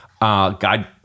God